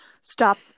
Stop